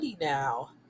now